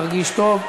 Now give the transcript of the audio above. תרגיש טוב.